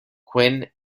quin